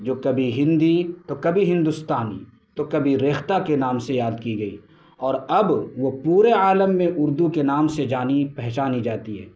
جو کبھی ہندی تو کبھی ہندوستانی تو کبھی ریختہ کے نام سے یاد کی گئی اور اب وہ پورے عالم میں اردو کے نام سے جانی پہچانی جاتی ہے